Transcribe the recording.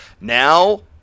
now